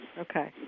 Okay